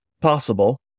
possible